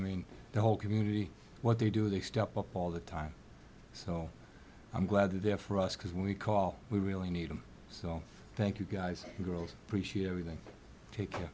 mean the whole community what they do they step up all the time so i'm glad it there for us because when we call we really need them so thank you guys and girls appreciate everything tak